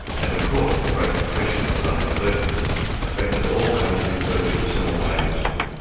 and of course the great depression of the nineteen thirty s affected all countries virtually simultaneously.